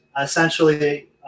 essentially